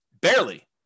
barely